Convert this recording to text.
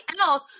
else